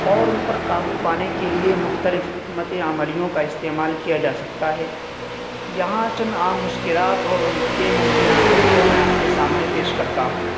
اور ان پر قابو پانے کے لیے مختلف حکمت عملیوں کا استعمال کیا جا سکتا ہے یہاں چند عام مشکلات اور ان کے ممکنہ حل کو میں آپ کے سامنے پیش کرتا ہوں